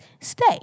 stay